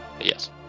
Yes